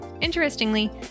Interestingly